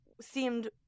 seemed